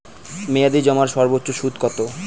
মেয়াদি জমার সর্বোচ্চ সুদ কতো?